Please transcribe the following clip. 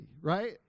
right